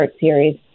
series